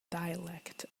dialect